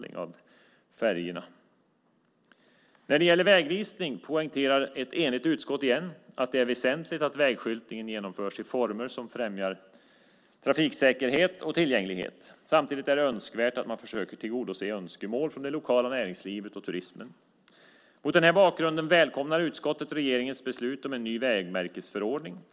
När det gäller vägvisning poängterar ett enigt utskott, igen, att det är väsentligt att vägskyltningen genomförs i former som främjar trafiksäkerhet och tillgänglighet. Samtidigt är det önskvärt att man försöker tillgodose önskemål från det lokala näringslivet och turismen. Mot den här bakgrunden välkomnar utskottet regeringens beslut om en ny vägmärkesförordning.